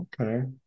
Okay